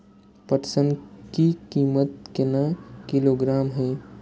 पटसन की कीमत केना किलोग्राम हय?